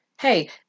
Hey